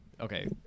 Okay